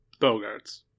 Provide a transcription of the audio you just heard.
Bogarts